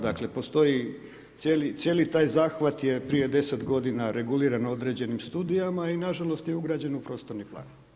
Dakle, postoji cijeli taj zahvat je prije 10 g. reguliran određenim studijama i nažalost je ugrađen u prostorni park.